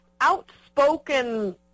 outspoken